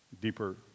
deeper